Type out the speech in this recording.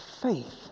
faith